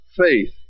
faith